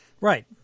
Right